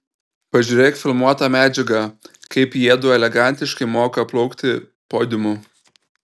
pažiūrėk filmuotą medžiagą kaip jiedu elegantiškai moka plaukti podiumu